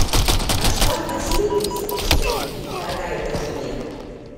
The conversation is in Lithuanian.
aš tau atsilyginsiu už tai mergaite žuvie